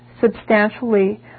substantially